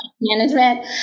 management